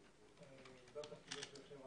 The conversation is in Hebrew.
היא לא תפקידו של יושב-ראש